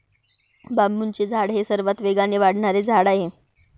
बांबूचे झाड हे सर्वात वेगाने वाढणारे झाड आहे